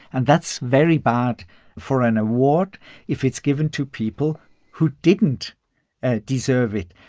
and that's very bad for an award if it's given to people who didn't ah deserve it.